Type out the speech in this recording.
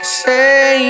say